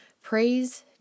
Praise